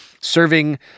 serving